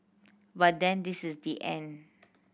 but then this is the end